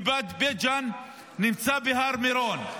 כי בית ג'ן נמצא בהר מירון.